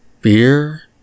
beer